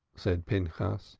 said pinchas.